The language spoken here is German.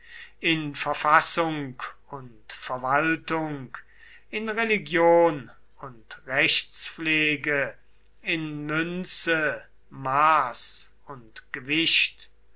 in verfassung und verwaltung in religion und rechtspflege in münze maß und gewicht